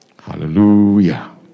Hallelujah